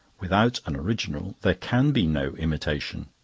without an original there can be no imitation.